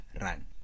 Run